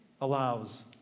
allows